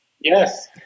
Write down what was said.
Yes